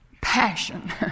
passion